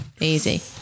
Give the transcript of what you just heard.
easy